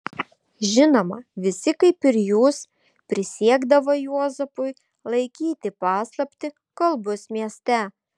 žinoma visi kaip ir jūs prisiekdavo juozapui laikyti paslaptį kol bus mieste